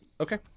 Okay